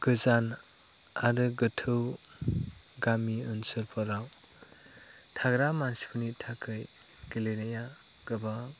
गोजान आरो गोथौ गामि ओनसोलफोराव थाग्रा मानसिफोरनि थाखाय गेलेनाया गोबां